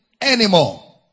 anymore